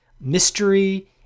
mystery